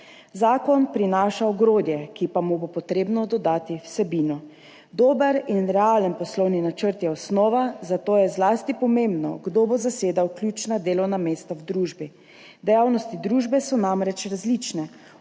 Zakon prinaša ogrodje, ki pa mu bo treba dodati vsebino – dober in realen poslovni načrt je osnova, zato je zlasti pomembno, kdo bo zasedel ključna delovna mesta v družbi. Dejavnosti družbe so namreč različne,